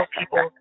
people